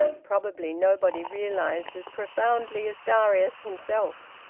probably nobody realised as profoundly as darius himself,